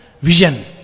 vision